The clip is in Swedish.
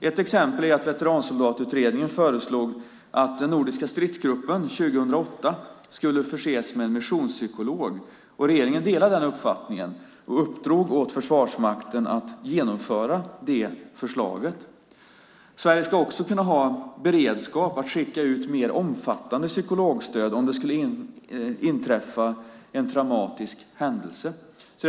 Ett exempel är att Veteransoldatutredningen föreslog att den nordiska stridsgruppen 2008 skulle förses med en missionspsykolog. Regeringen delade den uppfattningen och uppdrog åt Försvarsmakten att genomföra förslaget. Sverige ska också ha beredskap att skicka ut mer omfattande psykologstöd om en traumatisk händelse skulle inträffa.